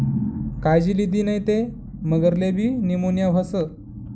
कायजी लिदी नै ते मगरलेबी नीमोनीया व्हस